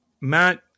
Matt